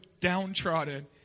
downtrodden